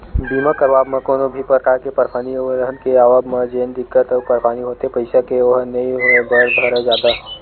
बीमा करवाब म कोनो भी परकार के परसानी अउ अलहन के आवब म जेन दिक्कत अउ परसानी होथे पइसा के ओहा नइ होय बर धरय जादा